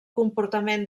comportament